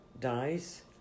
dies